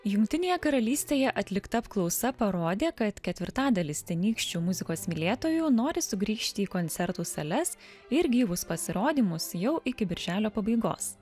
jungtinėje karalystėje atlikta apklausa parodė kad ketvirtadalis tenykščių muzikos mylėtojų nori sugrįžti į koncertų sales ir gyvus pasirodymus jau iki birželio pabaigos